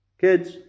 Kids